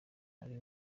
ari